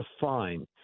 fine